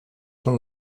són